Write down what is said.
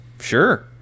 Sure